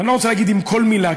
אני לא רוצה להגיד עם כל מילה,